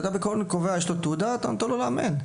אם יש לו תעודה אתה נותן לו לאמן.